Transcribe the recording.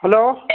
hello